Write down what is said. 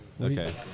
Okay